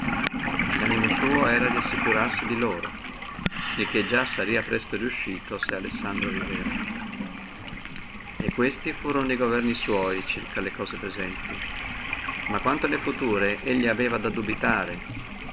e lanimo suo era assicurarsi di loro il che già saria presto riuscito se alessandro viveva e questi furono e governi sua quanto alle cose presenti ma quanto alle future lui aveva a dubitare